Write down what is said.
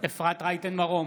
אפרת רייטן מרום,